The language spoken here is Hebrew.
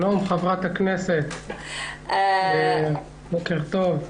שלום חברת הכנסת, בוקר טוב.